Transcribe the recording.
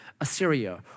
Assyria